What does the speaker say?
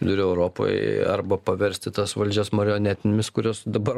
vidurio europoj arba paversti tas valdžias marionetėmis kurios dabar